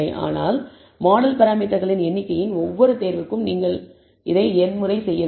ஆனால் மாடல் பராமீட்டர்களின் எண்ணிக்கையின் ஒவ்வொரு தேர்வுக்கும் நீங்கள் இதை n முறை செய்ய வேண்டும்